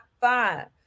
five